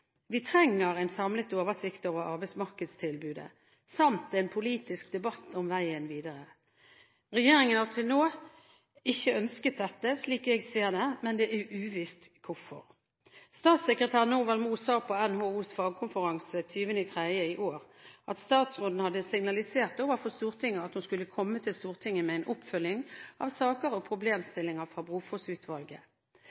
Vi trenger en samlet oversikt over arbeidsmarkedstilbudet samt en politisk debatt om veien videre. Regjeringen har til nå ikke ønsket dette, slik jeg ser det, men det er uvisst hvorfor. Statssekretær Norvald Mo sa på NHOs fagkonferanse 20. mars i år at statsråden hadde signalisert overfor Stortinget at hun skulle komme til Stortinget med en oppfølging av saker og